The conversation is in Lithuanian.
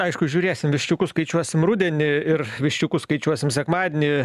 aišku žiūrėsim viščiukus skaičiuosim rudenį ir viščiukus skaičiuosim sekmadienį